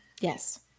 Yes